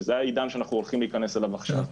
שזה העידן שאנחנו הולכים להיכנס אליו עכשיו.